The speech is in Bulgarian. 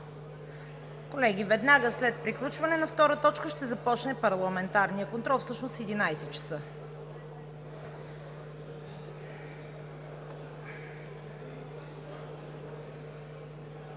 Колеги, веднага след приключване на втора точка ще започне парламентарният контрол, всъщност в 11,00 ч.